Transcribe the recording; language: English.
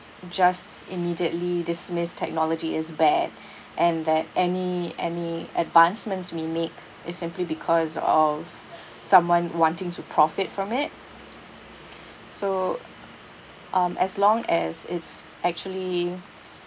just immediately dismiss technology is bad and that any any advancements we make is simply because of someone wanting to profit from it so um as long as it's actually